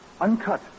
Uncut